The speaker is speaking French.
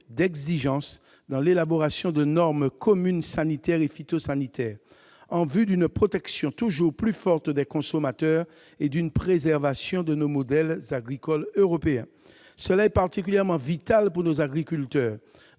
d'exigence dans l'élaboration de normes communes sanitaires et phytosanitaires [...] en vue d'une protection toujours plus forte des consommateurs et d'une préservation de nos modèles agricoles européens ». Cela est particulièrement vital pour nos agriculteurs,